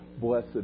blessed